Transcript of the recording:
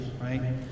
right